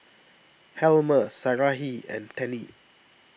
Helmer Sarahi and Tennie